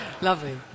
Lovely